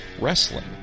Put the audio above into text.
wrestling